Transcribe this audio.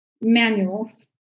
manuals